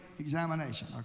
Examination